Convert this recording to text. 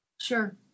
Sure